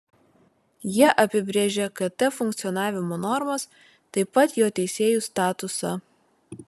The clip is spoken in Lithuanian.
jie apibrėžia kt funkcionavimo normas taip pat jo teisėjų statusą